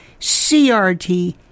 CRT